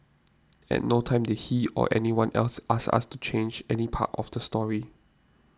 at no time did she or anyone else ask us to change any part of the story